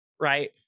right